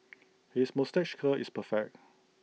his moustache curl is perfect